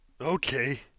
Okay